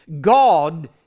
God